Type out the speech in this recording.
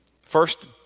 first